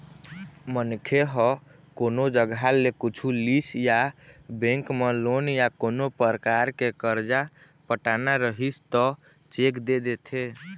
मनखे ह कोनो जघा ले कुछु लिस या बेंक म लोन या कोनो परकार के करजा पटाना रहिस त चेक दे देथे